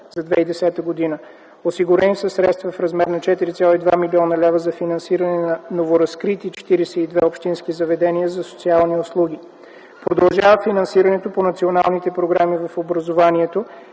за 2010 г. Осигурени са средства в размер на 4,2 млн. лв. за финансиране на новоразкрити 42 общински заведения за социални услуги. Продължава финансирането по националните програми в образованието,